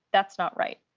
that's not right!